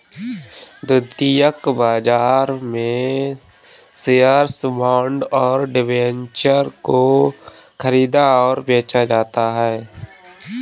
द्वितीयक बाजार में शेअर्स, बॉन्ड और डिबेंचर को ख़रीदा और बेचा जाता है